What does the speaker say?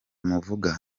muvuga